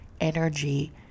energy